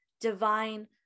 divine